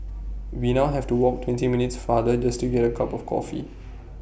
we now have to walk twenty minutes farther just to get A cup of coffee